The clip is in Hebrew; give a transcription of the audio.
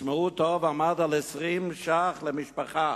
תשמעו טוב, עמד על 20 ש"ח למשפחה.